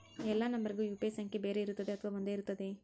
ಎಲ್ಲಾ ನಂಬರಿಗೂ ಯು.ಪಿ.ಐ ಸಂಖ್ಯೆ ಬೇರೆ ಇರುತ್ತದೆ ಅಥವಾ ಒಂದೇ ಇರುತ್ತದೆ?